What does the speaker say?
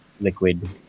liquid